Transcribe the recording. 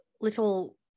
little